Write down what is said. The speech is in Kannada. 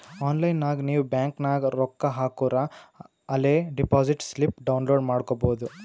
ಆನ್ಲೈನ್ ನಾಗ್ ನೀವ್ ಬ್ಯಾಂಕ್ ನಾಗ್ ರೊಕ್ಕಾ ಹಾಕೂರ ಅಲೇ ಡೆಪೋಸಿಟ್ ಸ್ಲಿಪ್ ಡೌನ್ಲೋಡ್ ಮಾಡ್ಕೊಬೋದು